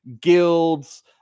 guilds